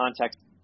context